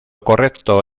correcto